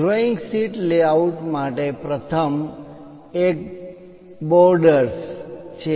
drawing sheet layout માટે પ્રથમ એક બોર્ડર્સ હાંસિયો છે